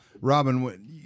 Robin